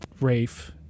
rafe